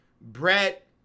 Brett